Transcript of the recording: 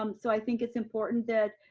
um so i think it's important that,